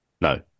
No